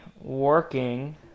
working